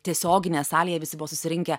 tiesioginėje salėje visi buvo susirinkę